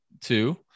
two